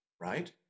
right